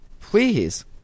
Please